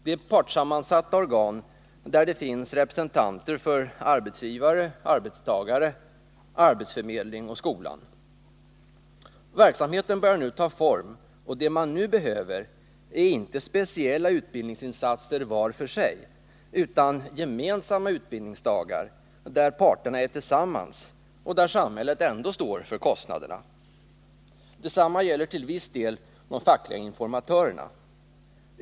De är partssammansatta organ, där det finns representanter för arbetsgivare, arbetstagare, arbetsförmedling och skola. Verksamheten börjar nu att ta form. Vad man behöver är inte speciella utbildningsinsatser var för sig utan gemensamma utbildningsdagar, där parterna är tillsammans och där samhället ändå står för kostnaderna. Detsamma gäller till viss del de fackliga informatörerna.